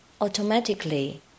automatically